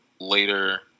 later